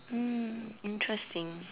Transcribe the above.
mm interesting